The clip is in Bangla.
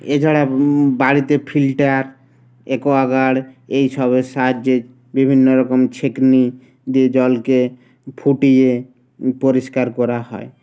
এছাড়া বাড়িতে ফিল্টার একোয়াগার্ড এইসবের সাহায্যে বিভিন্ন রকম ছেঁকনি দিয়ে জলকে ফুটিয়ে পরিষ্কার করা হয়